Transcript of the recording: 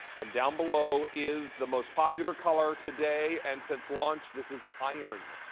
and down below is the most popular color today and since launch. this is iron.